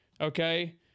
Okay